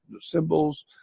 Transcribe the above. symbols